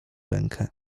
rękę